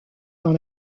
dans